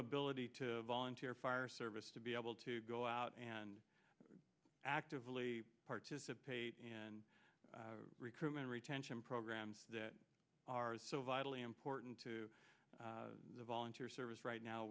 ability to volunteer fire service to be able to go out and actively participate in recruitment retention programs that are so vitally important to the volunteer service right now